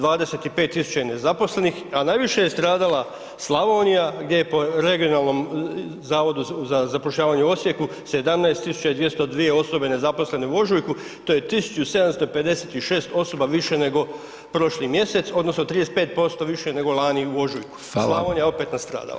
25.000 je nezaposlenih, a najviše je stradala Slavonija gdje je po regionalnom Zavodu za zapošljavanje u Osijeku 17.202 osobe nezaposlene u ožujku, to je 1756 osoba više nego prošli mjesec odnosno 35% više nego lani u ožujku, Slavonija je opet nastradala.